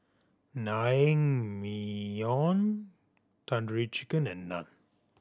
Naengmyeon Tandoori Chicken and Naan